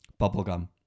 bubblegum